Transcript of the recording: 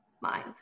mind